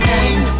Name